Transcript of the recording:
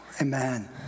Amen